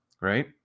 right